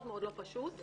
מאוד לא פשוט.